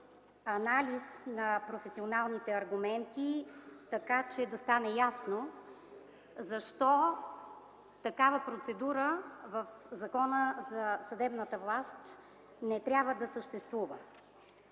анализ на професионалните аргументи, така че да стане ясно защо такава процедура в Закона за съдебната власт не трябва да съществува.